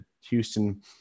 Houston